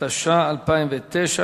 התש"ע 2009,